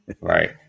Right